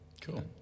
Cool